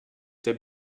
der